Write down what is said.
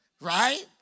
Right